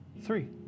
three